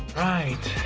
right,